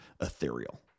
ethereal